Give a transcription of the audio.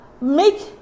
make